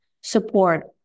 support